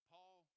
Paul